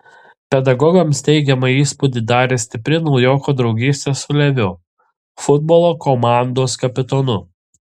pedagogams teigiamą įspūdį darė stipri naujoko draugystė su leviu futbolo komandos kapitonu